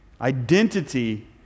Identity